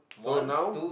so now